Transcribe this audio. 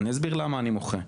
אני אסביר למה אני מוחה.